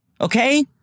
okay